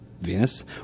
Venus